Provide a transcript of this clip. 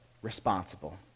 responsible